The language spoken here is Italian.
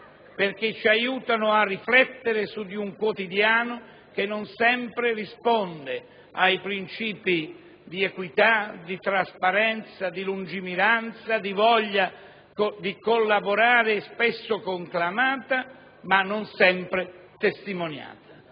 perché ci aiutano a riflettere su di un quotidiano che non sempre risponde ai princìpi di equità, trasparenza, lungimiranza, di voglia di collaborare spesso conclamata ma non sempre testimoniata.